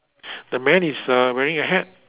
the man is uh wearing a hat